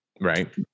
right